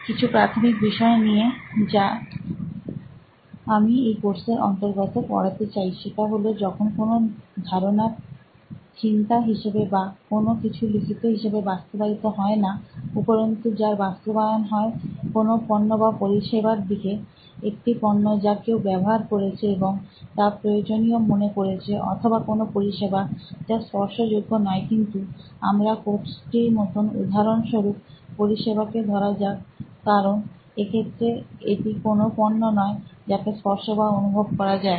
কিছু প্রাথমিক বিষয় নিয়ে যা আমি এই কোর্সের অন্তর্গত পড়াতে চাইসেটা হলো যখন কোনো ধারণার চিন্তা হিসেবে বা কোনো কিছু লিখিত হিসেবে বাস্তবায়িত হয়না উপরন্তু যার বাস্তবায়ন হয় কোনো পন্য বা পরিষেবার দিকে একটি পন্য যা কেউ ব্যবহার করেছে এবং তা প্রয়োজনীয় মনে করেছে অথবা কোন পরিষেবা যা স্পর্শযোগ্য নয়কিন্তু আমার কোর্সটির মতন উদাহরণ স্বরূপ পরিষেবা কে ধরা যাক কারণ এক্ষেত্রে এটি কোনো পন্য নয় যাকে স্পর্শ বা অনুভব করা যায়